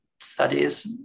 studies